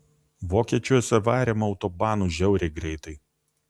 vokiečiuose varėm autobanu žiauriai greitai